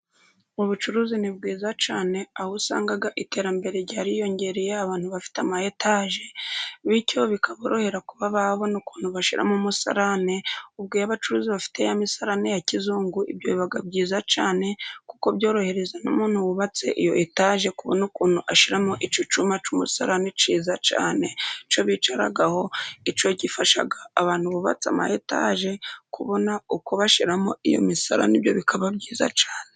Ubucuruzi ni bwiza cyane aho usanga iterambere ryariyongereye, abantu bafite ama etaje bityo bikaborohera kuba babona ukuntu bashyiramo umusarane, ubwo iyo abacuruzi bafite ya misarane ya kizungu ibyo biba byiza cyane, kuko byorohereza n'umuntu wubatse iyo etage kubona ukuntu ashyiramo icyumba cy'umusarani ni cyiza cyane, icyo bicaraho icyo gifasha abantu bubatse ama etaje kubona uko bashyiramo iyo misarani ibyo bikaba byiza cyane.